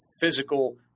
physical